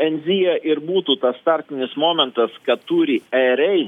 enzija ir būtų tas startinis momentas ką turi erei